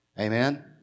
Amen